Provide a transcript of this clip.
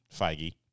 Feige